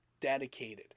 dedicated